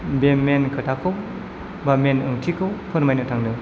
बे मेन खोथाखौ बा मेन ओंथिखौ फोरमायनो थांदों